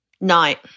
night